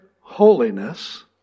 holiness